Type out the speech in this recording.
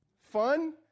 fun